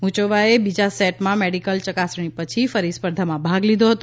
મુચોવાએ બીજા સેટ માં મેડિકલ ચકાસણી પછી ફરી સ્પર્ધામાં ભાગ લીધો હતો